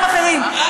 דברים אחרים,